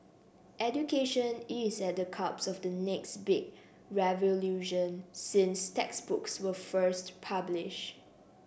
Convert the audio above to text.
education is at the cusp of the next big revolution since textbooks were first published